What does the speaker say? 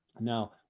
Now